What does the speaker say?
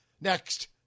next